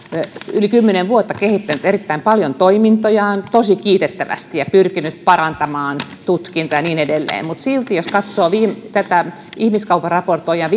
yli kymmenen vuotta kehittänyt erittäin paljon toimintojaan tosi kiitettävästi ja pyrkinyt parantamaan tutkintaa ja niin edelleen mutta silti jos katsoo tätä ihmiskaupparaportoijan